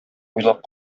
уйлап